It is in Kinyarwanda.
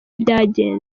byagenze